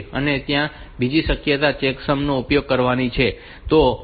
અને ત્યાં બીજી શક્યતા ચેકસમ નો ઉપયોગ કરવાની છે